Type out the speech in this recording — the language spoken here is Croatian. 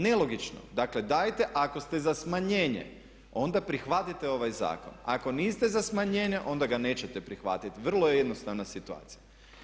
Nelogično, dakle daje ako ste za smanjenje onda prihvatite ovaj zakon, ako niste za smanjenje onda ga nećete prihvatiti, vrlo je jednostavna situacija.